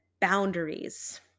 boundaries